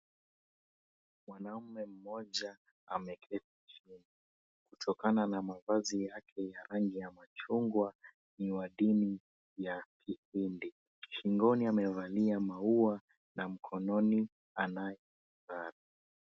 Mwanaume mmoja ameketi chini kutokana na mavazi yake ya machungwa ni wa dini ya kihindi, shingoni amevalia maua na mkononi anayo saa.